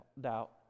doubt